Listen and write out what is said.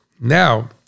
Now